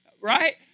Right